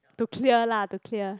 to clear lah to clear